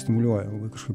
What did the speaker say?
stimuliuoja labai kažkaip